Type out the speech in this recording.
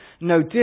no